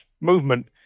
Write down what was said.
movement